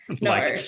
No